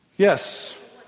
Yes